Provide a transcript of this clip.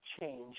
change